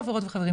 חברות וחברים,